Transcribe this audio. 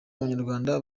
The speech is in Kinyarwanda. abanyarwanda